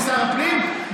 כשר הפנים,